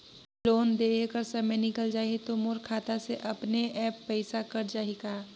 Loan देहे कर समय निकल जाही तो मोर खाता से अपने एप्प पइसा कट जाही का?